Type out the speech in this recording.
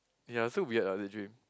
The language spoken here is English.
ya so weird lah the dream